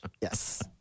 Yes